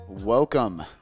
Welcome